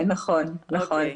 נכון.